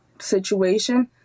situation